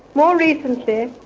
more recently,